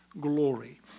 glory